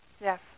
yes